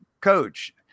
coach